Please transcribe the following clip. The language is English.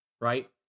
Right